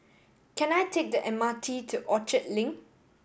can I take the M R T to Orchard Link